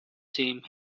same